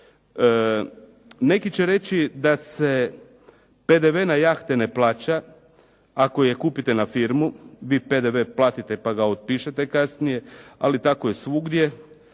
Neki će reći da se PDV na jahte ne plaća, ako je kupite na firmu vi PDV platite pa ga otpišete kasnije ali tako je svugdje,